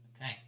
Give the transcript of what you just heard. Okay